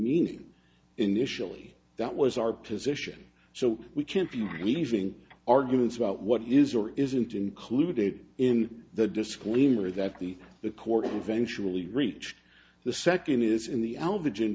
meaning initially that was our position so we can't be relieving arguments about what is or isn't included in the disclaimer that the the court eventually reached the second it is in the out of the gym